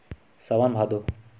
सावन भादो